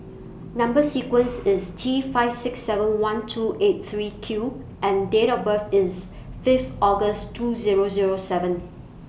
Number sequence IS T five six seven one two eight three Q and Date of birth IS Fifth August two Zero Zero seven